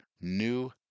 new